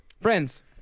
Friends